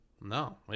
No